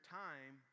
time